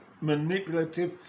manipulative